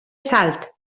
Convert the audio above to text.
salt